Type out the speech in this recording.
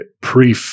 pre